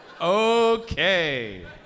Okay